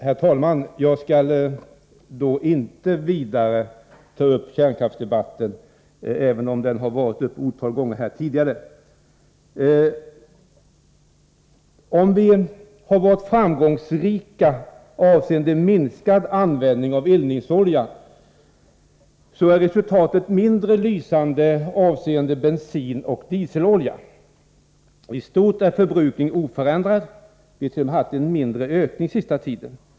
Herr talman! Jag skall då inte vidare gå in på kärnkraftsdebatten, även om den har berörts ett otal gånger tidigare. Om vi varit framgångsrika avseende minskad användning av eldningsolja, så är resultatet mindre lysande avseende bensin och dieselolja. I stort är förbrukningen oförändrad — vi har t.o.m. haft en mindre ökning under den senaste tiden.